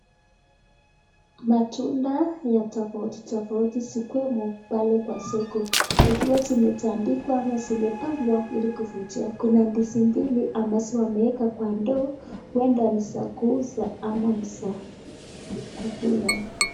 Matunda ya tofauti tofauti zikiwemo pale kwa soko ikiwa zimetandikwa ama zimepangwa ili kuvutia. Kuna ndizi mbili ambazo wameeka kwa ndoo huenda ni za kuuza ama ni za kukula.